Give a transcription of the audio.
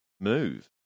move